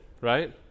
right